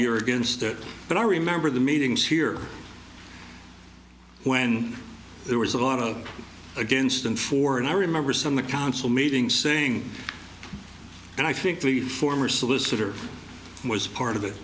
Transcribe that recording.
you're against that but i remember the meetings here when there was a lot of against and for and i remember some the council meeting saying and i think the former solicitor who was part of it